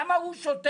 למה הוא שותק